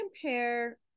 compare